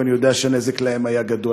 ואני יודע שהנזק להם היה גדול.